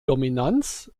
dominanz